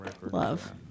Love